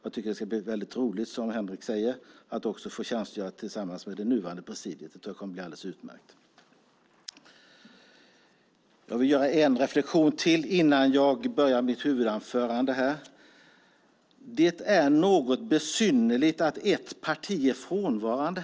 Jag tycker att det ska bli roligt, som Henrik säger, att också få tjänstgöra tillsammans med det nuvarande presidiet. Jag tror att det kommer att bli alldeles utmärkt. Jag vill göra ännu en reflexion innan jag påbörjar mitt huvudanförande: Det är något besynnerligt att ett parti är frånvarande.